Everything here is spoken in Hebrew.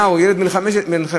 נער בן 15,